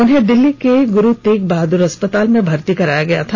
उन्हें दिल्ली के गुरू तेग बहादुर अस्पताल में भर्ती कराया गया था